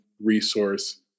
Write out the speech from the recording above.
resource